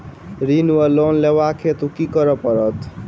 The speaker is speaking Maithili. ऋण वा लोन लेबाक हेतु की करऽ पड़त?